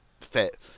fit